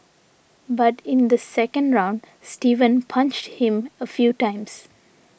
but in the second round Steven punched him a few times